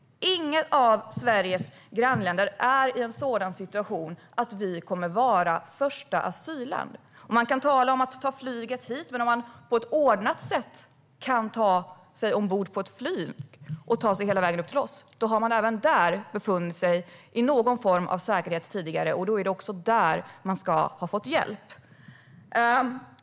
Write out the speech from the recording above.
Inget av Sveriges grannländer är i en sådan situation att vi kommer att vara första asylland. Det talas om möjligheten att ta flyget hit. Men om man på ett ordnat sätt kan ta sig ombord på ett flyg och ta sig hela vägen upp till oss har man befunnit sig i någon form av säkerhet tidigare, och då är det också där man ska ha fått hjälp.